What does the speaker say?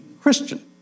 Christian